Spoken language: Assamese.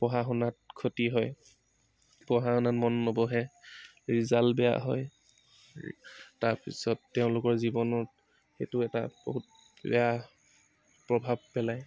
পঢ়া শুনাত ক্ষতি হয় পঢ়া শুনাত মন নবহে ৰিজাল্ট বেয়া হয় তাৰপিছত তেওঁলোকৰ জীৱনত সেইটো এটা বহুত বেয়া প্ৰভাৱ পেলায়